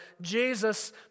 Jesus